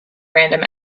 random